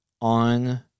on